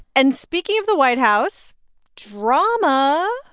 and speaking of the white house drama.